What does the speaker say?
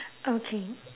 okay